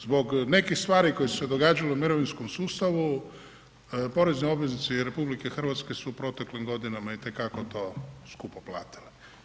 Zbog nekih stvari koje su se događale u mirovinskom sustavu porezni obveznici RH su u proteklim godinama itekako to skupo platili.